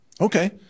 Okay